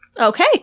Okay